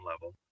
level